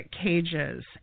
cages